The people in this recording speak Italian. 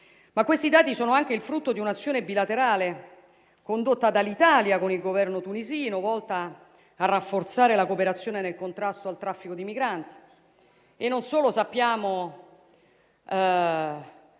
Questi dati sono però anche il frutto di un'azione bilaterale condotta dall'Italia con il governo tunisino, volta a rafforzare la cooperazione nel contrasto al traffico di migranti